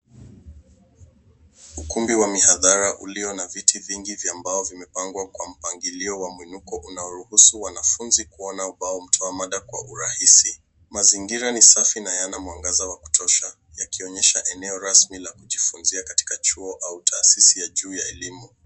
Ukumbi wa mihadhara ulio na viti vingi vya mbao vimepangwa kwa mpangilio wa mwonoko unaruhusu wanafunzi kuona ubao kutoa mada kwa urahisi. Mazingira ni safi na yana mwangaza wa kutosha yakionyesha eneo rasmi la kujifunzia katika chuo au taasisi ya juu ya elimu.